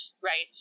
Right